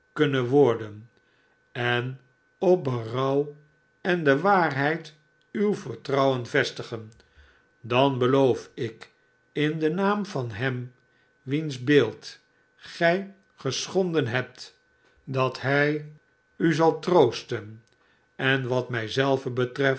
kunnen worden en op berouw en de waarheid uw vertrouwen vestigen dan beloof ik in den naam van hem wiens beeld gij geschonden hebt dat hij u zal troosten en wat mij zelve betreft